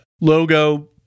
logo